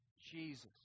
Jesus